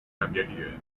cambiaría